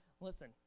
listen